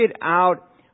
out